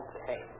Okay